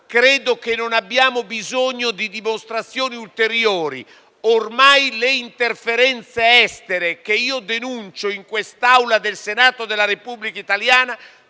Credo che non abbiamo bisogno di dimostrazioni ulteriori: ormai le interferenze estere, che denuncio in quest'Aula del Senato della Repubblica italiana,